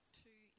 two